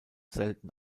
selten